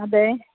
അതെ